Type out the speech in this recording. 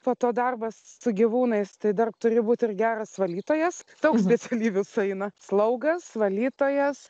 po to darbas su gyvūnais tai dar turi būti ir geras valdytojas daug specialybių sueina slaugas valytojas